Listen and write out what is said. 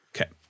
Okay